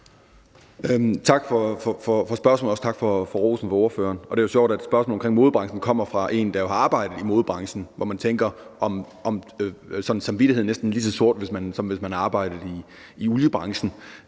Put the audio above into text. Tak for spørgsmålet, og også tak til ordføreren for rosen. Og det er jo sjovt, at spørgsmålet om modebranchen kommer fra en, der har arbejdet i modebranchen, og man tænker, om samvittigheden næsten er lige så sort, som hvis man havde arbejdet i oliebranchen.